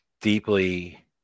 deeply